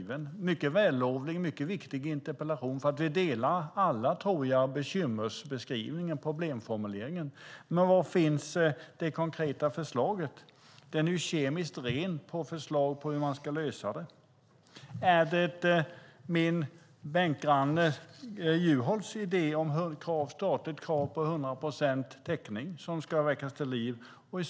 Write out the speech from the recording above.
Det är en vällovlig och viktig interpellation. Vi delar alla, tror jag, bekymmersbeskrivningen, problemformuleringen. Men var finns det konkreta förslaget? Interpellationen är ju kemiskt ren på förslag på hur man ska lösa det. Är det min bänkgranne Juholts idé om statligt krav på hundra procent täckning som ska väckas till liv?